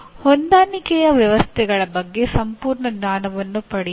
ಹೊಂದಾಣಿಕೆಯ ವ್ಯವಸ್ಥೆಗಳ ಬಗ್ಗೆ ಸಂಪೂರ್ಣ ಜ್ಞಾನವನ್ನು ಪಡೆಯಿರಿ